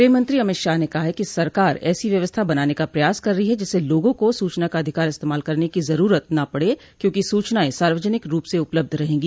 ग्रहमंत्री अमित शाह ने कहा है कि सरकार ऐसी व्यवस्था बनाने का प्रयास कर रही है जिससे लोगों को सूचना का अधिकार इस्तमाल करने की जरूरत न पड़े क्योंकि सूचनाएं सार्वजनिक रूप से उपलब्ध रहेंगी